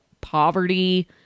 poverty